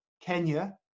Kenya